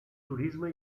turisme